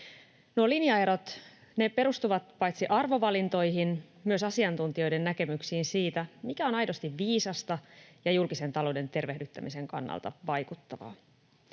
linjaerot perustuvat paitsi arvovalintoihin myös asiantuntijoiden näkemyksiin siitä, mikä on aidosti viisasta ja julkisen talouden tervehdyttämisen kannalta vaikuttavaa.